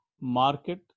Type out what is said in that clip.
market